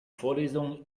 vorlesung